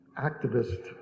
activist